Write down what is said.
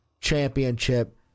championship